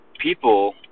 people